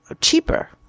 cheaper